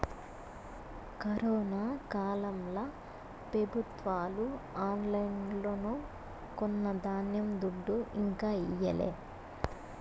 corona కాలంల పెబుత్వాలు ఆన్లైన్లో కొన్న ధాన్యం దుడ్డు ఇంకా ఈయలే